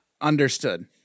Understood